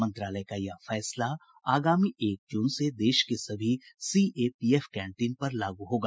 मंत्रालय का यह फैसला आगामी एक जून से देश की सभी सीएपीएफ कैंटीन पर लागू होगा